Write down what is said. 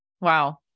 Wow